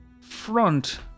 front